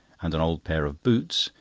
and an old pair of boots,